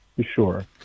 sure